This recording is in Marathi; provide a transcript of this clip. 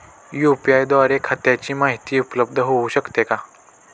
यू.पी.आय द्वारे खात्याची माहिती उपलब्ध होऊ शकते का?